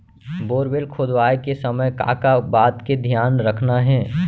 Borewell खोदवाए के समय का का बात के धियान रखना हे?